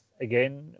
again